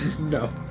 No